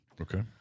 Okay